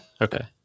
Okay